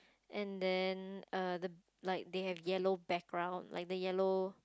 and then err the like they have yellow background like the yellow